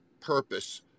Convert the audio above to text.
purpose